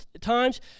times